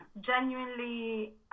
genuinely